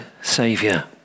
saviour